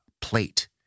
plate